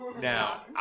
Now